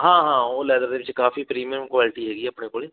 ਹਾਂ ਹਾਂ ਉਹ ਲੈਦਰ ਦੇ ਵਿੱਚ ਕਾਫ਼ੀ ਪ੍ਰੀਮੀਅਮ ਕੁਆਲਿਟੀ ਹੈਗੀ ਆਪਣੇ ਕੋਲੇ